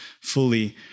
fully